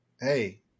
Hey